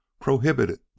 prohibited